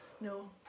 No